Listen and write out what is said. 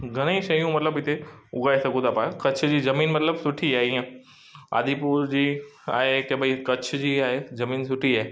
घणई शयूं मतिलबु हिते उॻाए सघूं था पाण कच्छ जी ज़मीन मतिलबु सुठी आहे ईअं आदिपुर जी आहे कि भई कच्छ जी आहे ज़मीन सुठी आहे